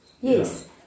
yes